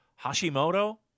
Hashimoto